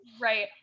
Right